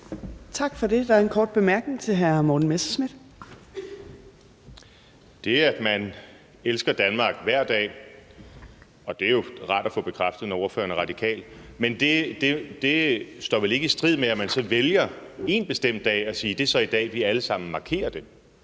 hr. Morten Messerschmidt. Kl. 11:28 Morten Messerschmidt (DF): Det, at man elsker Danmark hver dag – og det er jo rart at få bekræftet, når ordføreren er radikal – er vel ikke i strid med, at man vælger én bestemt dag og siger: Det er så i dag, vi alle sammen markerer det.